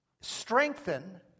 strengthen